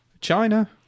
China